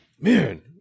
Man